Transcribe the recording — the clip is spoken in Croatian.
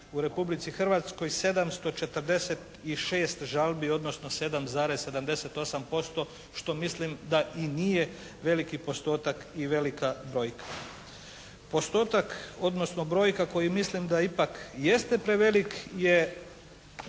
u Republici Hrvatskoj 746 odnosno 7,78% što mislim da i nije veliki postotak i velika brojka. Postotak odnosno brojka koja mislim da jeste prevelik je